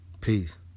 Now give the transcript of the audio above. Peace